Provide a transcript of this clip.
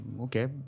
okay